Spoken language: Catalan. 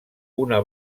una